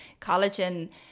collagen